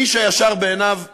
איש הישר בעיניו יבשל,